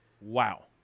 Wow